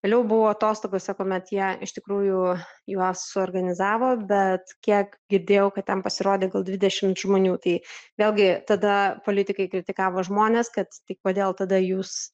vėliau buvo atostogose kuomet jie iš tikrųjų juos suorganizavo bet kiek girdėjau kad ten pasirodė gal dvidešimt žmonių tai vėlgi tada politikai kritikavo žmones kad tai kodėl tada jūs